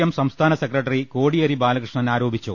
M സംസ്ഥാന secretary Kodiyeri Balakrishnan ആരോപിച്ചു